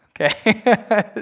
okay